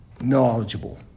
Knowledgeable